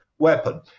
weapon